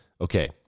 Okay